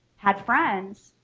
had friends,